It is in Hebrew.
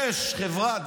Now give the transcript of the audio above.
יש חברה,